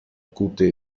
gute